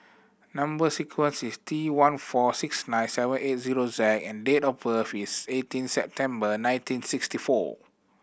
number sequence is T one four six nine seven eight zero Z and date of birth is eighteen September nineteen sixty four